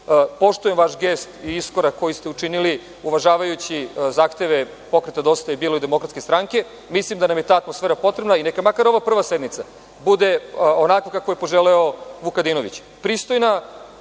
Poštujem vaš gest i iskorak koji ste učinili, uvažavajući zahteve Pokreta „Dosta je bilo“ i Demokratske stranke. Mislim da nam je ta atmosfera potrebna i neka makar ova prva sednica bude onakva kakvu je poželeo Vukadinović – pristojna